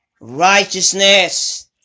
Righteousness